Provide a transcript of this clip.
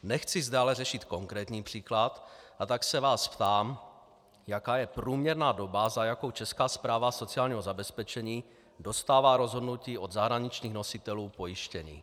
Nechci zde ale řešit konkrétní příklad, a tak se vás ptám, jaká je průměrná doba, za jakou Česká správa sociálního zabezpečení dostává rozhodnutí od zahraničních nositelů pojištění.